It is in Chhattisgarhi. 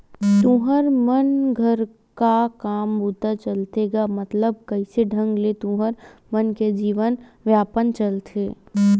तुँहर मन घर का काम बूता चलथे गा मतलब कइसे ढंग ले तुँहर मन के जीवन यापन चलथे?